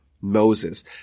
Moses